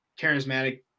charismatic